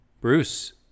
Bruce